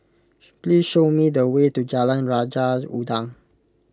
please show me the way to Jalan Raja Udang